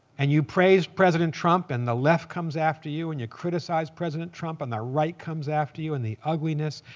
and you praise president trump and the left comes after you, and you criticize president trump and the right comes after you and the ugliness.